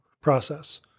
process